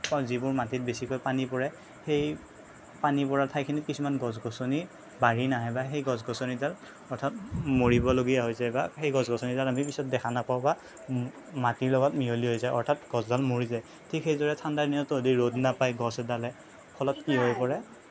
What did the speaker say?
অঁ যিবোৰ মাটিত বেছিকৈ পানী পৰে সেই পানী পৰা ঠাইখিনিত কিছুমান গছ গছনি বাঢ়ি নাহে বা সেই গছ গছনিডাল অৰ্থাৎ মৰিবলগীয়া হৈ যায় বা সেই গছ গছনিডাল আমি পিছত দেখা নাপাওঁ বা মাটিৰ লগত মিহলি হৈ যায় অৰ্থাৎ গছডাল মৰি যায় ঠিক সেইদৰে ঠাণ্ডা দিনতো যদি ৰ'দ নাপাই গছ এডালে ফলত কি হৈ পৰে